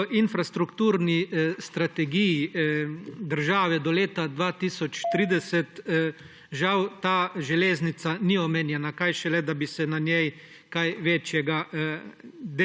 V infrastrukturni strategiji države do leta 2030 žal ta železnica ni omenjena, kaj šele, da bi se na njej kaj večjega delalo.